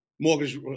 Mortgage